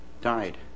died